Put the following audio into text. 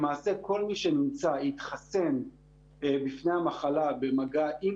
למעשה כל מי שנמצא התחסן בפני המחלה במגע עם